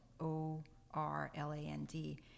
O-R-L-A-N-D